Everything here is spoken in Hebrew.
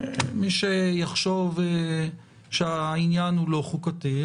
מי שיחשוב שהעניין לא חוקתי,